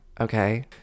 Okay